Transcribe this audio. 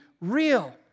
real